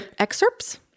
excerpts